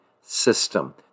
system